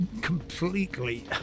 completely